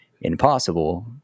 impossible